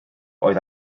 oedd